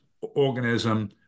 organism